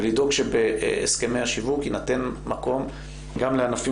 ולדאוג שבהסכמי השיווק יינתן מקום גם לענפים